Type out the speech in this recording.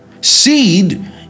Seed